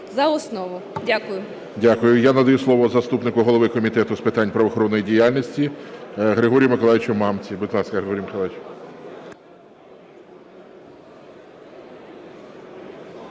за основу. Дякую. ГОЛОВУЮЧИЙ. Дякую. Я надаю слово заступнику голови Комітету з питань правоохоронної діяльності Григорію Миколайовичу Мамці. Будь ласка, Григорій Миколайович.